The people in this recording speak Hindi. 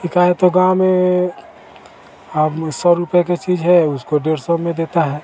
ई का है तो गाँव में आदमी सौ रुपये की चीज़ है उसको डेढ़ सौ में देता है